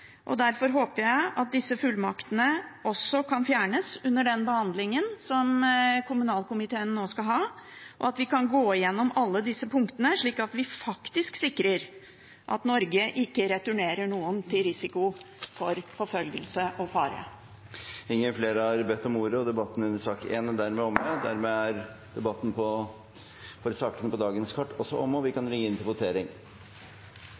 Derfor håper jeg at disse fullmaktene kan fjernes under den behandlingen som kommunalkomiteen nå skal ha, og at vi kan gå igjennom alle disse punktene, slik at vi faktisk sikrer at Norge ikke returnerer noen til risiko for forfølgelse og fare. Flere har ikke bedt om ordet til sak nr. 1. Stortinget er klar til å gå til votering. Under debatten er det satt frem i alt syv forslag. Det er forslagene nr. 1 og